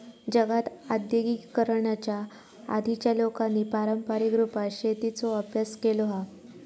जगात आद्यिगिकीकरणाच्या आधीच्या लोकांनी पारंपारीक रुपात शेतीचो अभ्यास केलो हा